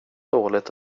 dåligt